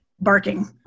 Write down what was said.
barking